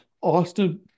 Austin